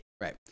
Right